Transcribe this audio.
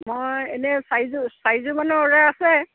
মই এনেই চাৰিযোৰ চাৰিযোৰমানৰ অৰ্ডাৰ আছে